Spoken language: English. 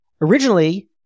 originally